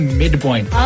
midpoint